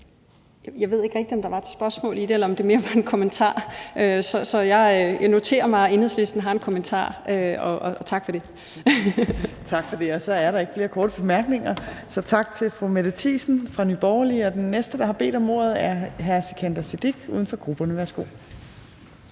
Jeg ved ikke rigtig, om der var et spørgsmål i det, eller om det mere var en kommentar, så jeg noterer mig, at Enhedslisten havde en kommentar, og tak for det. Kl. 15:08 Tredje næstformand (Trine Torp): Tak for det, og så er der ikke flere korte bemærkninger. Tak til fru Mette Thiesen fra Nye Borgerlige. Den næste, der har bedt om ordet, er hr. Sikandar Siddique, uden for grupperne. Værsgo.